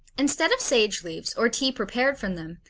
instead of sage leaves, or tea prepared from them,